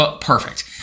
Perfect